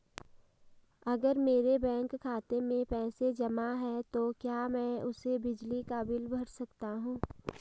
अगर मेरे बैंक खाते में पैसे जमा है तो क्या मैं उसे बिजली का बिल भर सकता हूं?